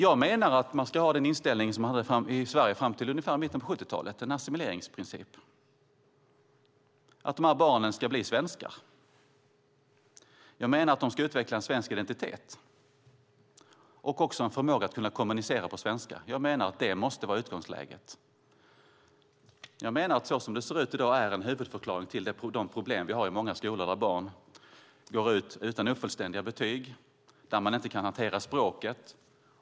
Jag menar att man ska ha den inställning som fanns i Sverige fram till ungefär mitten av 1970-talet - en assimileringsprincip: att de här barnen ska bli svenskar. De ska utveckla en svensk identitet och en förmåga att kommunicera på svenska. Det måste vara utgångsläget. Som det i dag ser ut är, menar jag, en huvudförklaring till de problem vi har i många skolor där barn går ut skolan utan fullständiga betyg och utan att kunna hantera språket.